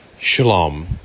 Shalom